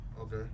Okay